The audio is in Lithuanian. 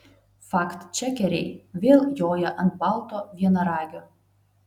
faktčekeriai vėl joja ant balto vienaragio